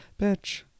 bitch